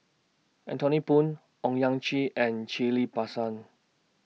Anthony Poon Owyang Chi and Ghillie BaSan